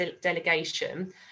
delegation